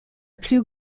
plus